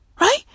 Right